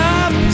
up